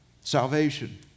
salvation